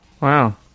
Wow